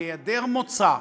בהיעדר מוצא,